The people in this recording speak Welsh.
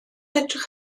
edrych